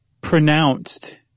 pronounced